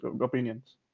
opinions